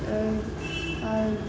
आओर